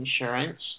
insurance